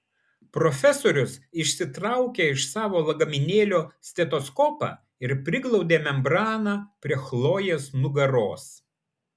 profesorius išsitraukė iš savo lagaminėlio stetoskopą ir priglaudė membraną prie chlojės nugaros